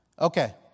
Okay